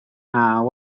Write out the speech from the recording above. naw